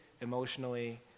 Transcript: emotionally